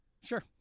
Sure